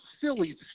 silly